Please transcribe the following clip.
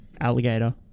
Alligator